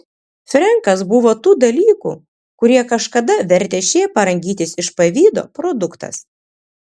frenkas buvo tų dalykų kurie kažkada vertė šėpą rangytis iš pavydo produktas